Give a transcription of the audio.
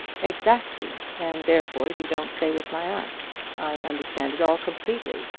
exactly and therefore you don't stay with my aunt. i understand it all completely.